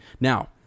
Now